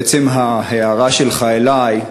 לעצם ההערה שלך אלי: